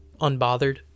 Unbothered